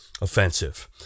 offensive